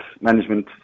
management